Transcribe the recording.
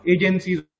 agencies